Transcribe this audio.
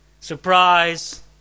Surprise